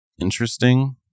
interesting